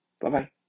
Bye-bye